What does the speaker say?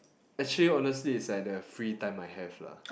actually honestly it's like the free time I have lah